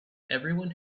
everyone